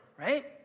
right